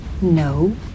No